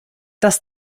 das